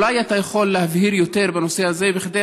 אולי אתה יכול להבהיר יותר בנושא הזה כדי